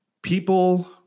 People